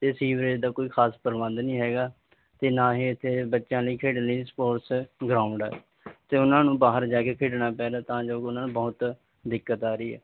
ਅਤੇ ਸੀਵਰੇਜ ਦਾ ਕੋਈ ਖਾਸ ਪ੍ਰਬੰਧ ਨਹੀਂ ਹੈਗਾ ਅਤੇ ਨਾ ਹੀ ਇੱਥੇ ਬੱਚਿਆਂ ਲਈ ਖੇਡ ਲਈ ਸਪੋਰਟਸ ਗਰਾਊਂਡ ਹੈ ਅਤੇ ਉਹਨਾਂ ਨੂੰ ਬਾਹਰ ਜਾ ਕੇ ਖੇਡਣਾ ਪਿਆ ਤਾਂ ਤਾਂ ਜੋ ਉਹਨਾਂ ਨੂੰ ਬਹੁਤ ਦਿੱਕਤ ਆ ਰਹੀ ਹੈ